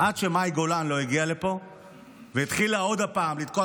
עד שמאי גולן הגיעה לפה והתחילה עוד פעם לתקוע